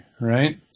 right